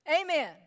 Amen